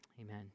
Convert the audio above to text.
Amen